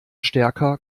stärker